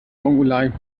mongolei